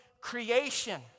creation